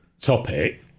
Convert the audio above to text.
topic